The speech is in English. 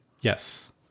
Yes